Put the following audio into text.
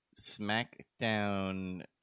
SmackDown